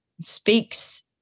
speaks